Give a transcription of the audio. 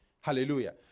Hallelujah